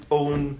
own